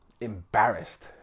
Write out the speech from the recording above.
embarrassed